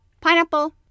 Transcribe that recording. pineapple